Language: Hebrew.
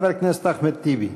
חבר הכנסת אחמד טיבי.